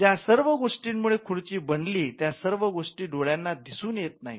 ज्या सर्व गोष्टींमुळे खुर्ची बनली त्या सर्व गोष्टी डोळ्यांना दिसून येत नाहीत